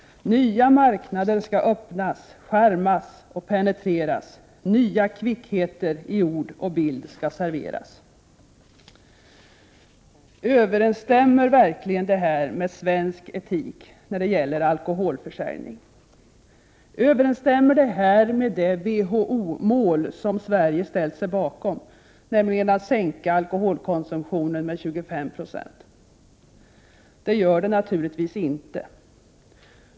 Nya marknader ska öppnas, charmas och penetreras. Nya kvickheter i ord och bild ska serveras.” Överensstämmer verkligen det här med svensk etik när det gäller alkoholförsäljning? Överensstämmer det här med det WHO-mål som Sverige ställt sig bakom, nämligen att sänka alkoholkonsumtionen med 25 90? Det gör det naturligtvis inte.